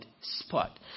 spot